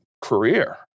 career